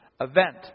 event